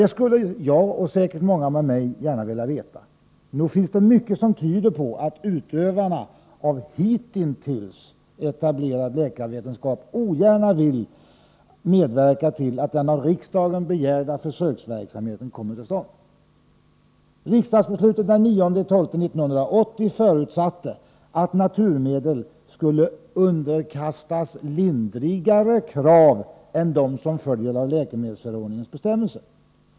Det skulle jag — och säkert många med mig — gärna vilja veta. Nog finns det mycket som tyder på att utövarna av hitintills etablerad läkarvetenskap ogärna vill medverka till att den av riksdagen begärda försöksverksamheten kommer till stånd. Riksdagsbeslutet den 9 december 1980 förutsatte att naturmedel skulle underkastas lindrigare krav än de som följer av läkemedelsförordningens bestämmelser.